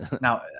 Now